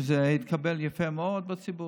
שזה התקבל יפה מאוד בציבור.